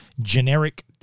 generic